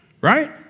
right